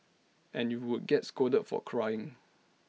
and you would get scolded for crying